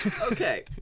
okay